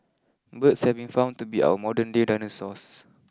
Birds have been found to be our modern day dinosaurs